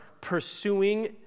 pursuing